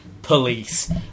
police